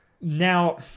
Now